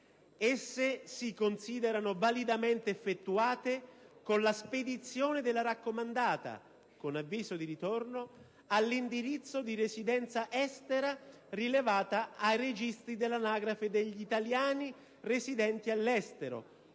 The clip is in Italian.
esse si considerano validamente effettuate con la spedizione della raccomandata (con avviso di ricevimento) all'indirizzo di residenza estera rilevato dai registri dell'Anagrafe degli italiani residenti all'estero